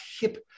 HIP